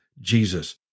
Jesus